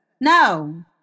No